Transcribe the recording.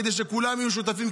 כדי שכולם יהיו שותפים,